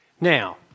Now